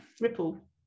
ripple